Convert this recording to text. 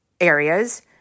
areas